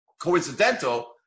coincidental